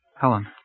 Helen